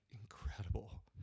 incredible